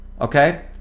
Okay